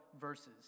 verses